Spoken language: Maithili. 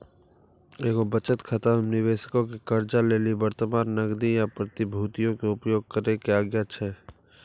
एगो बचत खाता मे निबेशको के कर्जा लेली वर्तमान नगदी या प्रतिभूतियो के उपयोग करै के आज्ञा छै